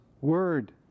word